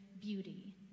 beauty